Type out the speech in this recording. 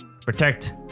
Protect